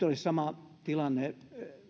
olisi sama tilanne